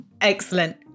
Excellent